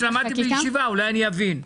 למדתי בישיבה, אולי אני אבין.